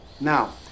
Now